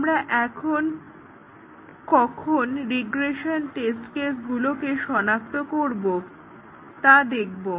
আমরা এখন ক8ভাবে রিগ্রেশন টেস্ট কেসগুলোকে সনাক্ত করবো তা দেখব